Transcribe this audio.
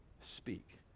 speak